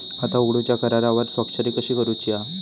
खाता उघडूच्या करारावर स्वाक्षरी कशी करूची हा?